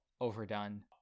overdone